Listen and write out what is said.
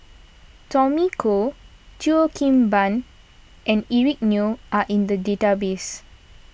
Tommy Koh Cheo Kim Ban and Eric Neo are in the database